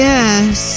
Yes